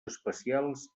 especials